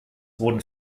wurden